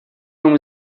вам